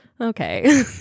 Okay